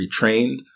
retrained